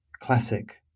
classic